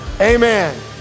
amen